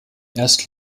erst